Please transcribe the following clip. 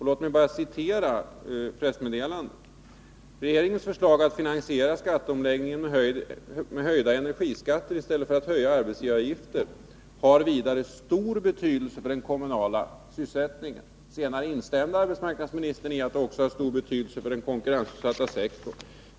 Låt mig citera pressmeddelandet: ”Regeringens förslag att finansiera skatteomläggningen med höjda energiskatter i stället för höjda arbetsgivaravgifter har vidare stor betydelse för den kommunala sysselsättningen.” Senare instämde arbetsmarknadsministern i att detta också hade stor betydelse för den konkurrensutsatta sektorn.